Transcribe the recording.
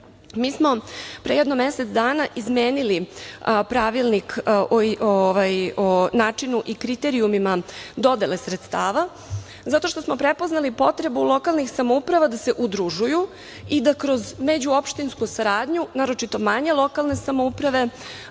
Mi smo pre jedno mesec dana izmenili Pravilnik o načinu i kriterijumima dodele sredstava zato što smo prepoznali potrebu lokalnih samouprava da se udružuju i da kroz međuopštinsku saradnju, naročito manje lokalne samouprave